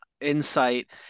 insight